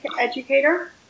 educator